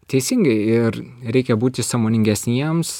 teisingai ir reikia būti sąmoningesniems